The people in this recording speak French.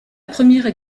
première